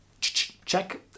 Check